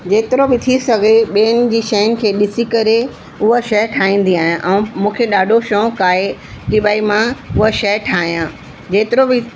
जेतिरो बि थी सघे ॿियनि जी शयुनि खे ॾिसी करे उहा शइ ठाहींदी आहियां ऐं मूंखे ॾाढो शौक़ु आहे की भई मां उहा शइ ठाहियां